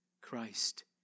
Christ